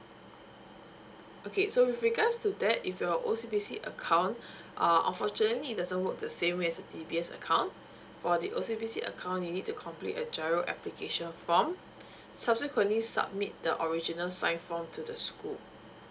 okay so with regards to that if your O_C_B_C account uh unfortunately it doesn't work the same way as a D_B_S account for the O_C_B_C account you need to complete a GIRO application form subsequently submit the original signed form to the school